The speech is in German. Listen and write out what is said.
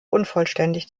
unvollständig